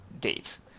dates